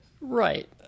Right